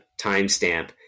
timestamp